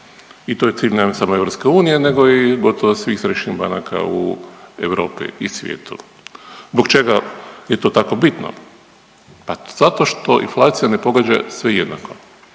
i to je cilj ne samo EU nego i gotovo svih središnjih banaka u Europi i svijetu. Zbog čega je to tako bitno? Pa zato što inflacija ne pogađa sve jednako,